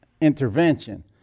intervention